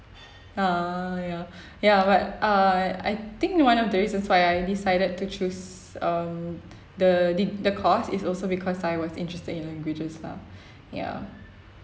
ah ya ya but uh I think one of the reasons why I decided to choose um the de~ the course is also because I was interested in languages lah ya